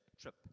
trip